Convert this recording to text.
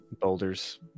Boulders